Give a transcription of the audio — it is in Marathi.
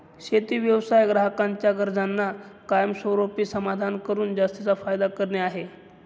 शेती व्यवसाय ग्राहकांच्या गरजांना कायमस्वरूपी समाधानी करून जास्तीचा फायदा करणे आहे